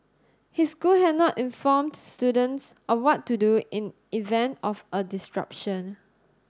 his school had not informed students of what to do in event of a disruption